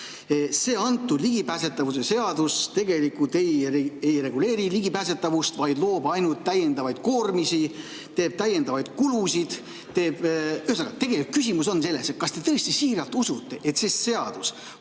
See ligipääsetavuse seadus tegelikult ei reguleeri ligipääsetavust, vaid loob ainult täiendavaid koormisi ja tekitab täiendavaid kulusid. Ühesõnaga, tegelikult küsimus on selles, kas te tõesti siiralt usute, et see seadus